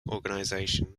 organisation